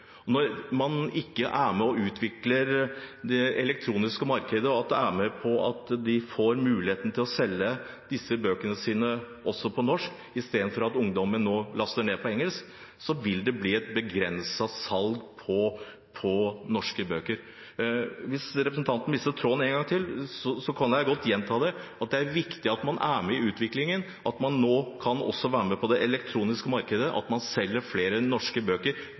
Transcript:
Når man ikke er med og utvikler det elektroniske markedet, og det er med på at de får muligheten til å selge bøkene sine også på norsk istedenfor at ungdommen nå laster ned på engelsk, vil det bli et begrenset salg av norske bøker. Hvis representanten mistet tråden en gang til, kan jeg godt gjenta det: Det er viktig at man er med i utviklingen, at man også kan være med på det elektroniske markedet, at man selger flere norske bøker,